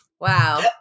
Wow